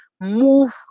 move